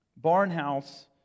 Barnhouse